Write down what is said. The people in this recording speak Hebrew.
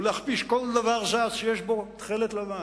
ולהכפיש כל דבר זז שיש בו תכלת-לבן,